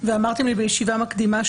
ואמרתם לי בישיבה מקדימה,